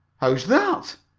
how's that?